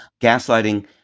Gaslighting